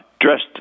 dressed